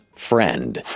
friend